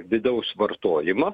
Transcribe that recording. vidaus vartojimą